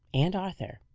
and arthur,